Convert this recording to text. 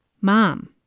Mom